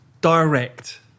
direct